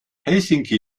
helsinki